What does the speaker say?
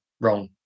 wrong